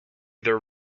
their